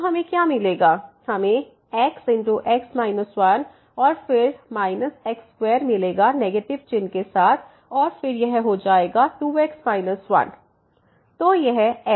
तो हमें क्या मिलेगा हमें xx 1 और फिर x2 मिलेगा नेगेटिव चिह्न के साथ और फिर यह हो जाएगा 2x 1